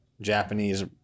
Japanese